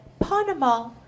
Panama